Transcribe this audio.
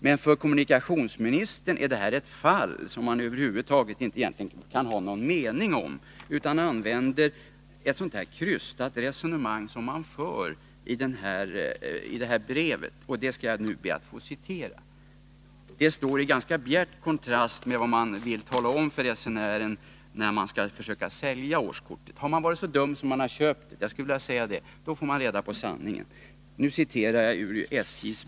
Men för kommunikationsministern är det här ”ett fall” som han egentligen inte kan ha någon mening om, utan om vilket han bara återger det krystade resonemang som förs i det av mig åberopade brevet från SJ. Jag skall be att få citera ur innehållet i det brevet. Där får man reda på sanningen, och den står i ganska bjärt kontrast till vad SJ försöker tala om för resenärerna, när SJ vill sälja årskort. Har man varit så dum, skulle jag vilja säga, att man köpt årskort, får man först efteråt reda på sanningen.